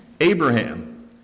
Abraham